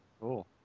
Cool